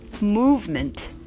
Movement